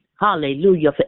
Hallelujah